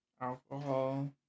Alcohol